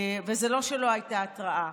וזה לא שלא הייתה התרעה,